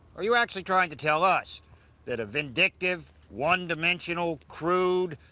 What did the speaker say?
are you actually trying to tell us that a vindictive, one-dimensional, crude,